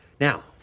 Now